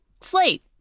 Slate